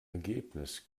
ergebnis